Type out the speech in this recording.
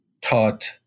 taught